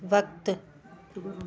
वक़्ति